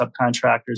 subcontractors